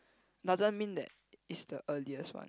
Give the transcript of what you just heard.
doesn't mean that is the earliest one